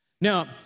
now